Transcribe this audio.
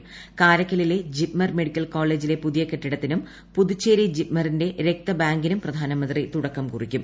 ക്രാര്ക്കലിലെ JIPMER medical കോളേജിലെ പുതിയ കെട്ടിടത്തിനും പുതുച്ചേരി ജിപ്മറിന്റെ രക്തബാങ്കിനും പ്രധാനമന്ത്രിതൂടിക്കം കുറിക്കും